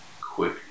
quick